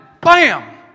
bam